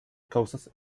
causas